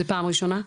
זה פעם ראשונה?